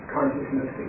Consciousness